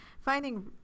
Finding